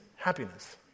Happiness